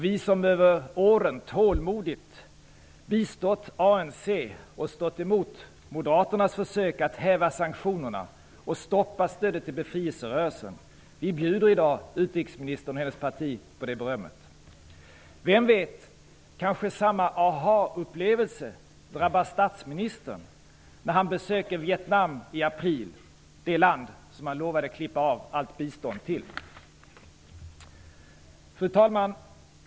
Vi som under åren tålmodigt bistått ANC och stått emot Moderaternas försök att häva sanktionerna och stoppa stödet till befrielserörelsen bjuder i dag utrikesministern och hennes parti på det berömmet. Vem vet, samma aha-upplevelse drabbar kanske statsministern när han besöker Vietnam i april. Vietnam är ju det land som han lovade klippa av allt bistånd till. Fru talman!